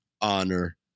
honor